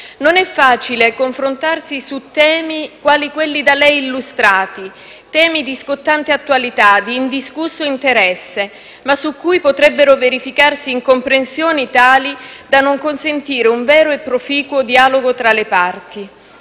Non è facile confrontarsi su temi quali quelli da lei illustrati; temi di scottante attualità, di indiscusso interesse, ma su cui potrebbero verificarsi incomprensioni tali da non consentire un vero e proficuo dialogo tra le parti.